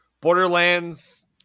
Borderlands